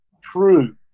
true